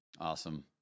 Awesome